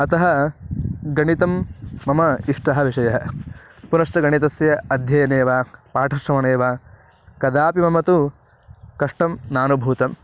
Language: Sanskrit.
अतः गणितं मम इष्टः विषयः पुनश्च गणितस्य अध्ययने वा पाठश्रवणे वा कदापि मम तु कष्टं नानुभूतं